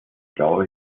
glaube